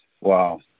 Wow